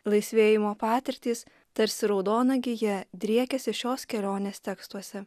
laisvėjimo patirtys tarsi raudona gija driekiasi šios kelionės tekstuose